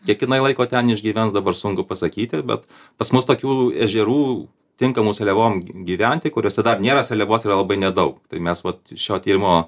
kiek jinai laiko ten išgyvens dabar sunku pasakyti bet pas mus tokių ežerų tinkamų seliavom gyventi kuriuose dar nėra seliavos yra labai nedaug tai mes vat šio tyrimo